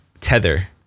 tether